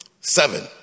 Seven